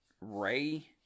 ray